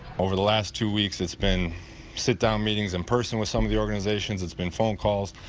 over the last two weeks it's been sit down meetings in-person with some of the organizations, it's been phone calls.